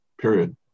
period